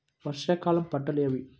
వర్షాకాలం పంటలు ఏవి?